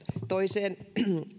toiseen